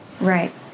right